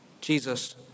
Jesus